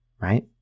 right